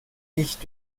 nicht